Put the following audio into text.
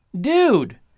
Dude